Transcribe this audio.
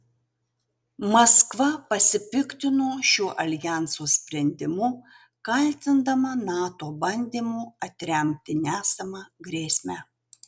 maskva pasipiktino šiuo aljanso sprendimu kaltindama nato bandymu atremti nesamą grėsmę